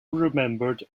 remembered